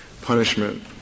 punishment